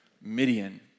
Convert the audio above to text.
Midian